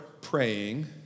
praying